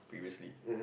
previously